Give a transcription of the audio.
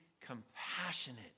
compassionate